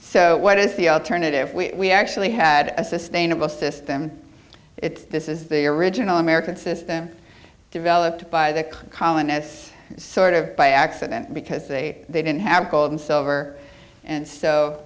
so what is the alternative we actually had a sustainable system this is the original american system developed by the colonists sort of by accident because they they didn't have gold and silver and so